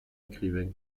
écrivain